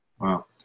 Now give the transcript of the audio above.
Wow